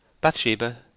Bathsheba